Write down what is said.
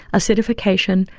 acidification,